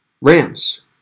Rams